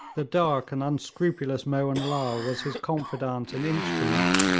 the dark and unscrupulous mohun lal was his confidant and instrument.